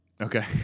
Okay